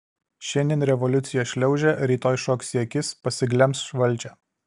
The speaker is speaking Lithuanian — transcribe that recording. šiandien revoliucija šliaužia rytoj šoks į akis pasiglemš valdžią